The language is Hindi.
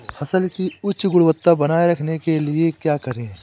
फसल की उच्च गुणवत्ता बनाए रखने के लिए क्या करें?